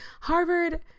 Harvard